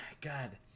God